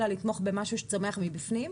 אלא לתמוך במשהו שצומח מבפנים?